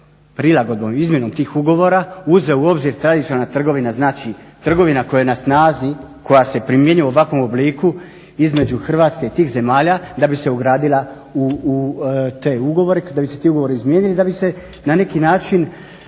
prilagodbom, izmjenom tih ugovora uzeo u obzir tradicionalna trgovina, znači trgovina koja je na snazi koja se primjenjuje u ovakvom obliku između Hrvatske i tih zemalja da bi se ugradila u te ugovore da bi se ti ugovori izmijenili i da bi se na neki način